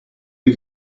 you